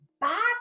back